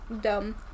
Dumb